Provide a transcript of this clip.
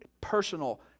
personal